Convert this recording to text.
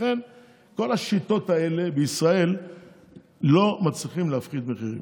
לכן כל השיטות האלה בישראל לא מצליחות להפחית מחירים.